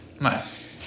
Nice